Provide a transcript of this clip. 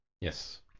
Yes